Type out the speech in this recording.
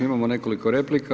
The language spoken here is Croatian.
Imamo nekoliko replika.